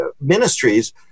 ministries